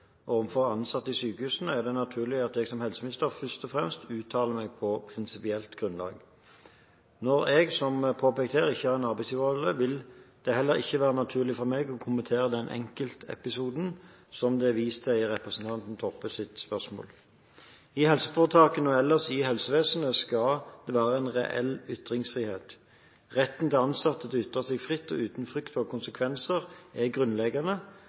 overfor ansatte i sykehusene, er det naturlig at jeg som helseminister først og fremst uttaler meg på prinsipielt grunnlag. Når jeg, som påpekt her, ikke har en arbeidsgiverrolle, vil det heller ikke være naturlig for meg å kommentere den enkeltepisoden som det er vist til i representanten Toppes spørsmål. I helseforetakene og ellers i helsevesenet skal det være reell ytringsfrihet. Retten til ansatte til å ytre seg fritt og uten frykt for konsekvenser er grunnleggende,